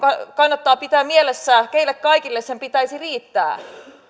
kannattaa pitää mielessä keille kaikille sen pitäisi riittää